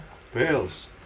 Fails